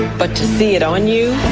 but to see it on you.